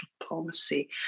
diplomacy